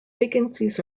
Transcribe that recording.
vacancies